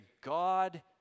God